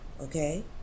okay